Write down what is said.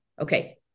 Okay